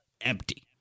empty